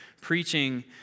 preaching